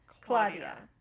Claudia